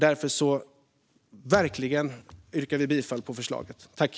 Därför yrkar jag bifall till utskottets förslag.